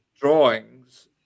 drawings